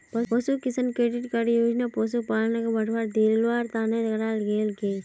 पशु किसान credit card योजना पशुपालनक बढ़ावा दिवार तने कराल गेल छे